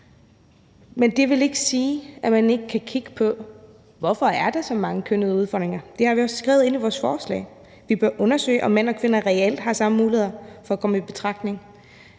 Men det vil ikke sige, at man ikke kan kigge på, hvorfor der er så mange kønnede udfordringer. Det har vi også skrevet i vores forslag, nemlig at det bør »undersøges, om mænd og kvinder reelt har de samme muligheder for at komme i betragtning«.